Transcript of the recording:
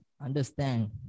understand